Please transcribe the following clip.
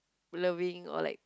loving or like